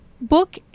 book